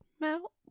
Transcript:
metal